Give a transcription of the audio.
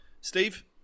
Steve